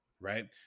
right